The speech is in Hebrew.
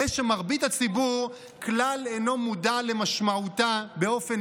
הרי שמרבית הציבור כלל אינו מודע למשמעותה באופן